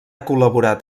col·laborat